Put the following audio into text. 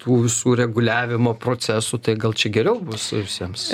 tų visų reguliavimo procesų tai gal čia geriau bus visiems